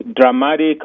dramatic